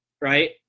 right